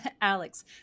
Alex